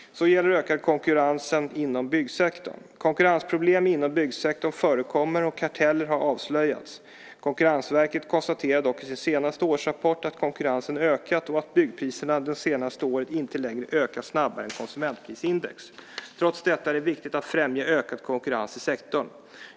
Så gäller det ökad konkurrens inom byggbranschen. Konkurrensproblem inom byggsektorn förekommer och karteller har avslöjats. Konkurrensverket konstaterar dock i sin senaste årsrapport att konkurrensen ökat och att byggpriserna de senaste åren inte längre ökar snabbare än konsumentprisindex. Trots detta är det viktigt att främja ökad konkurrens i sektorn.